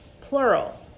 plural